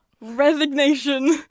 resignation